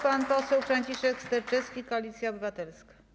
Pan poseł Franciszek Sterczewski, Koalicja Obywatelska.